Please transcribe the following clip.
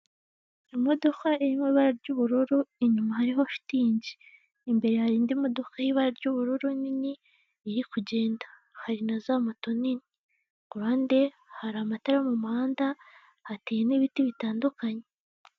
Imodoka iri mu ibara ry'ubururu inyuma hariho shitingi, imbere hari indi modoka y'ubururu nini iri kugenda hari na za moto nini kuruhande hari amatara yo mumuhanda hateye n'ibiti bitandukanye.